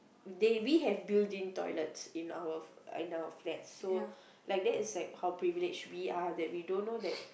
they we have built in toilet in our in our flats so like that is like our privilege we are that we don't know that